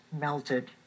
melted